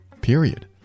period